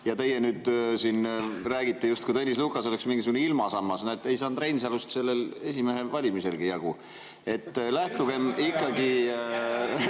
Ja teie nüüd siin räägite, justkui Tõnis Lukas oleks mingisugune ilmasammas. Näete, ei saanud Reinsalust sellel esimehe valimiselgi jagu. (Hääled saalis.